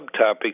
subtopics